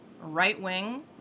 right-wing